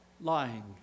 lying